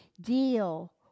deal